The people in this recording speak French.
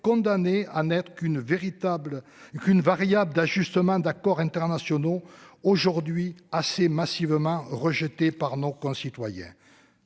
qu'une véritable qu'une variable d'ajustement d'accords internationaux aujourd'hui assez massivement rejetés par nos concitoyens.